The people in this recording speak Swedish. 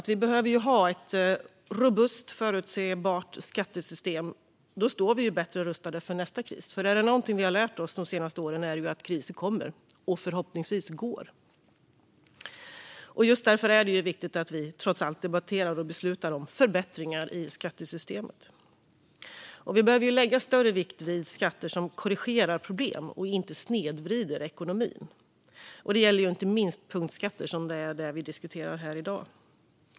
Vi behöver ha ett robust och förutsebart skattesystem, för då står vi bättre rustade för nästa kris. Är det någonting vi lärt oss de senaste åren är det att kriser kommer - och förhoppningsvis går. Just därför är det viktigt att vi, trots allt, debatterar och beslutar om förbättringar i skattesystemet. Vi behöver fästa större vikt vid skatter som korrigerar problem och inte snedvrider ekonomin. Det gäller inte minst punktskatter, som är det vi diskuterar i dag.